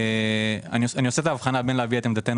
אני עושה הבחנה בין להביע את עמדתנו